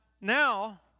now